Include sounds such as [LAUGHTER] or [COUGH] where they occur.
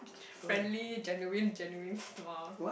[NOISE] friendly genuine genuine smile